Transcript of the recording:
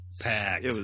packed